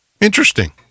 Interesting